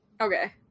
Okay